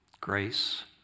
grace